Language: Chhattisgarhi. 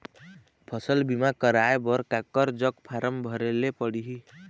फसल बीमा कराए बर काकर जग फारम भरेले पड़ही?